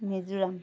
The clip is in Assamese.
মিজোৰাম